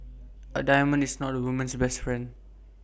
A diamond is not A woman's best friend